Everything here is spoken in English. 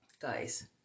guys